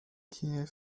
kiew